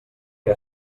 que